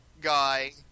guy